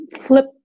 flip